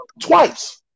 twice